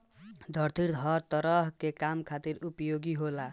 धरती हर तरह के काम खातिर उपयोग होला